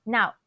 Now